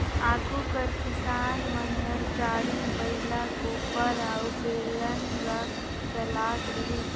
आघु कर किसान मन हर गाड़ी, बइला, कोपर अउ बेलन ल चलात रहिन